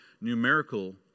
numerical